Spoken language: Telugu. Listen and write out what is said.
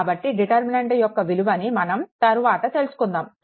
కాబట్టి డిటర్మినెంట్ యొక్క విలువని మనం తరువాత తెలుసుకుందాము